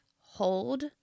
Hold